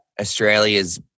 Australia's